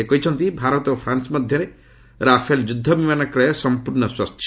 ସେ କହିଛନ୍ତି ଭାରତ ଓ ଫ୍ରାନ୍ସ ମଧ୍ୟରେ ରାଫେଲ ଯୁଦ୍ଧବିମାନ କ୍ରୟ ସଂପୂର୍ଣ୍ଣ ସ୍ୱଚ୍ଚ